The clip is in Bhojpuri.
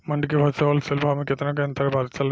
मंडी के भाव से होलसेल भाव मे केतना के अंतर चलत बा?